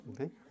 Okay